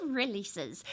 releases